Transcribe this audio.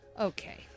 Okay